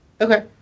Okay